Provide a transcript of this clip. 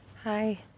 Hi